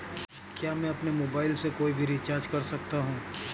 क्या मैं अपने मोबाइल से कोई भी रिचार्ज कर सकता हूँ?